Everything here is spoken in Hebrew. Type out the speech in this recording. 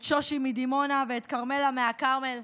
את שושי מדימונה ואת כרמלה מהכרמל,